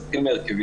אז נתחיל מההרכבים.